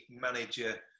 manager